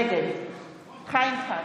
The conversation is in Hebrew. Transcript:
נגד חיים כץ,